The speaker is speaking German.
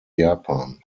japan